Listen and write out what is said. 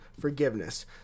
forgiveness